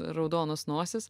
raudonos nosys